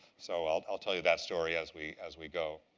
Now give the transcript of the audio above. so i'll i'll tell you that story as we as we go.